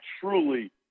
truly